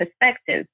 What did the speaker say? perspective